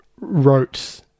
wrote